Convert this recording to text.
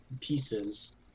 pieces